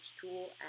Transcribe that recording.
tool